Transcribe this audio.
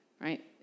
right